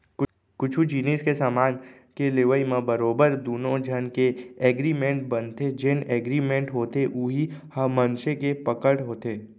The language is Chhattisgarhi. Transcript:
कुछु जिनिस के समान के लेवई म बरोबर दुनो झन के एगरिमेंट बनथे जेन एगरिमेंट होथे उही ह मनसे के पकड़ होथे